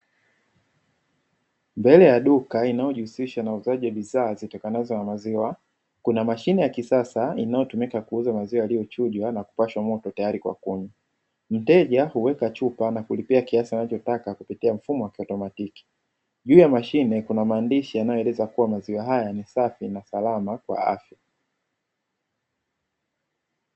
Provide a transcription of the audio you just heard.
Mbele ya duka inayojihusisha na uuzaji wa bidhaa zitokanazo na maziwa, kuna mashine ya kisasa inayotumika kuuza maziwa yaliyochujwa na kupashwa moto tayari kwa kuywa. Mteja huweka chupa na kulipia kiasi anachotaka kupitia mfumo wa kiautomatiki, juu ya mashine kuna maandishi yanayoeleza kuwa maziwa haya ni safi na salama kwa afya.